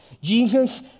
Jesus